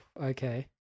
okay